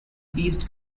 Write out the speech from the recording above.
east